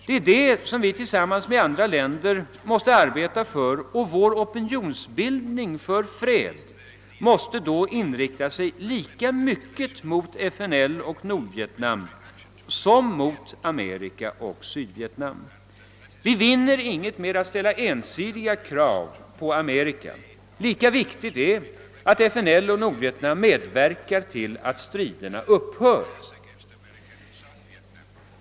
Det är det som vi tillsammans med andra länder måste arbeta för, och vår opinionsbildning för fred måste då inrikta sig lika mycket mot FNL och Nordvietnam som mot Amerika och Sydvietnam. Vi vinner inget med att ställa ensidiga krav på Amerika. Lika viktigt är att FNL och Nordvietnam medverkar till att striderna upphör.